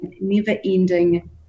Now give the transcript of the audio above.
never-ending